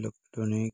electronic